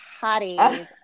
hotties